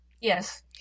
yes